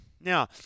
Now